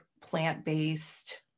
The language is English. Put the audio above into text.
plant-based